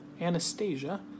Anastasia